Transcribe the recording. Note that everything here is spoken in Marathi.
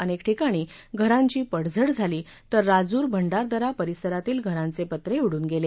अनेक ठिकाणी घराती पडझड झाली तर राजूर भड्विरदरा परिसरातील घराच्चीपत्रे उडून गेले